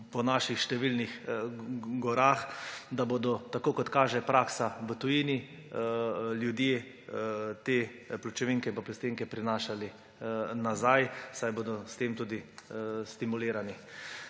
po naših številnih gorah, da bodo, tako kot kaže praksa v tujini, ljudje te pločevinke in plastenke prinašali nazaj, saj bodo s tem tudi stimulirani.